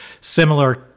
similar